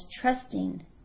trusting